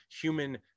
human